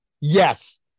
Yes